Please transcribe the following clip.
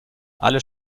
alle